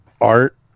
Art